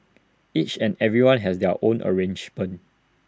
each and everyone has their own arrangement